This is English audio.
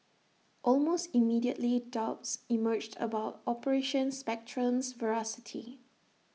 almost immediately doubts emerged about operation Spectrum's veracity